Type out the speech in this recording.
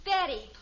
Betty